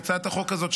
והצעת החוק הזאת,